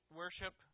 worship